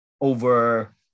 over